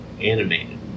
animated